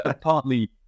partly